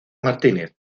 martínez